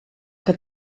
que